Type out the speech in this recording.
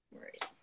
Right